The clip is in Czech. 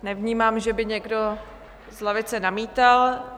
Nevnímám, že by někdo z lavice namítal.